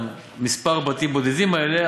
מספר הבתים הבודדים האלה,